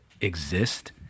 exist